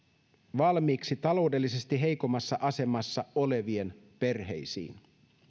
valmiiksi taloudellisesti heikoimmassa asemassa olevien perheisiin